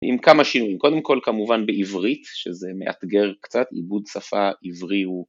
עם כמה שינויים, קודם כל כמובן בעברית, שזה מאתגר קצת, עיבוד שפה עברי הוא